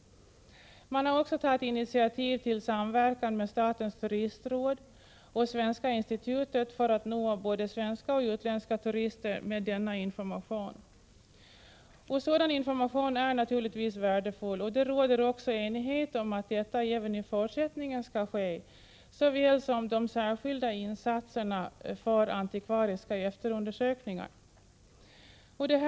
De har också tagit initiativ till samverkan med statens turistråd och Svenska institutet för att nå både svenska och utländska turister med informationen. Sådan information är naturligtvis värdefull, och det råder också enighet om att denna skall ges även i fortsättningen samt att särskilda insatser för antikvariska efterundersökningar skall göras.